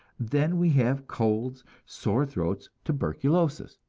then we have colds, sore throats, tuberculosis.